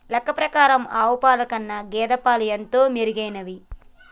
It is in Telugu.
లెక్క ప్రకారం ఆవు పాల కన్నా గేదె పాలు ఎంతో మెరుగైనవి